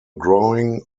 growing